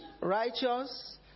righteous